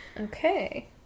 Okay